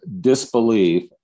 disbelief